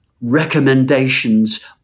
recommendations